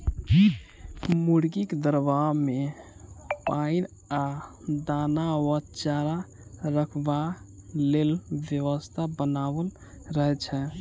मुर्गीक दरबा मे पाइन आ दाना वा चारा रखबाक लेल व्यवस्था बनाओल रहैत छै